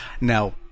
Now